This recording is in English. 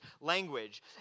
language